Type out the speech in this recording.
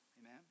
Amen